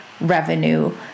revenue